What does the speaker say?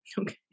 Okay